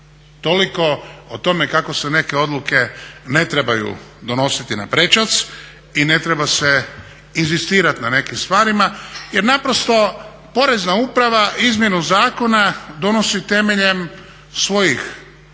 Toliko o tome kako se neke odluke ne trebaju donositi na prečac i ne treba se inzistirati na nekim stvarima jer naprosto Porezna uprava izmjenom zakona donosi temeljem svojih spoznaja